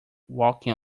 walking